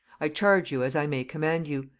i charge you as i may command you.